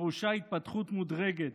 פירושה התפתחות מודרגת,